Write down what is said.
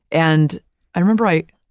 and i remember i,